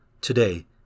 Today